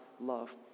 love